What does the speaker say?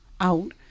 out